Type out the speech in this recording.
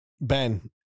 Ben